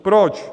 Proč?